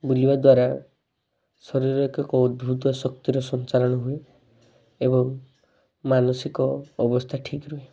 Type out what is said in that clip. ବୁଲିବା ଦ୍ୱାରା ଶରୀରରେ ଏକ ଅଦ୍ଭୁତ ଶକ୍ତିର ସଞ୍ଚାରଣ ହୁଏ ଏବଂ ମାନସିକ ଅବସ୍ଥା ଠିକ୍ ରୁହେ